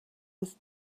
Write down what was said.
was